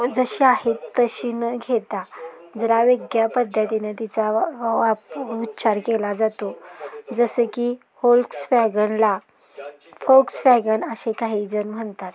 जशी आहेत तशी न घेता जरा वेगळ्या पद्धतीने तिचा वा वाप उच्चार केला जातो जसं की होल्क्स वॅगनला फोक्स वॅगन असे काही जण म्हणतात